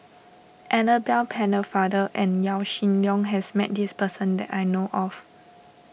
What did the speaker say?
Annabel Pennefather and Yaw Shin Leong has met this person that I know of